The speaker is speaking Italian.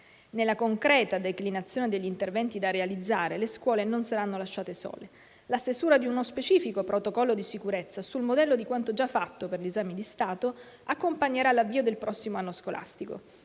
Nella concreta declinazione degli interventi da realizzare, le scuole non saranno lasciate sole. La stesura di uno specifico protocollo di sicurezza, sul modello di quanto già fatto per gli esami di stato, accompagnerà l'avvio del prossimo anno scolastico.